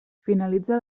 finalitza